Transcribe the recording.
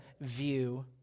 view